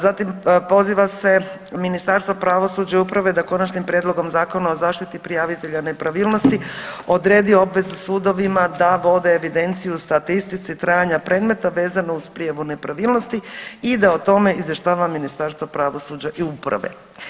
Zatim poziva se Ministarstvo pravosuđa i uprave da Konačnim prijedlogom Zakona o zaštiti prijavitelja nepravilnosti odredbi obvezu sudovima da vode evidenciju o statistici trajanja predmeta vezano uz prijavu nepravilnosti i da o tome izvještava Ministarstvo pravosuđa i uprave.